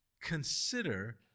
consider